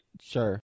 Sure